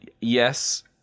yes